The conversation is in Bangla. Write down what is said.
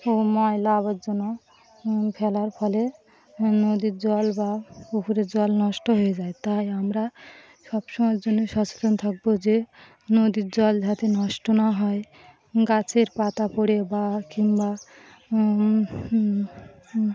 ও ময়লা আবর্জনা জন্য ফেলার ফলে নদীর জল বা পুকুরের জল নষ্ট হয়ে যায় তাই আমরা সব সময়ের জন্যই সচেতন থাকবো যে নদীর জল যাতে নষ্ট না হয় গাছের পাতা পড়ে বা কিংবা